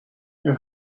your